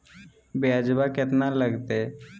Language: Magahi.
ब्यजवा केतना लगते?